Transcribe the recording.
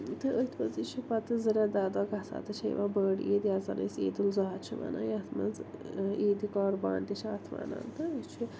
تہٕ أتھۍ منٛزٕے چھِ پتہٕ زٕ رٮ۪تھ داہ دۄہ گژھان تہٕ چھِ یِوان بٔڑ عید یَتھ زَن أسۍ عید الاضحیٰ چھِ وَنان یَتھ منٛز عیدِ قۄربان تہِ چھِ اَتھ وَنان تہٕ یہِ چھِ